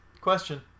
question